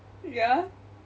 ya